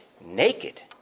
naked